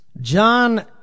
John